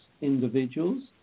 individuals